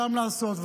שם לעשות,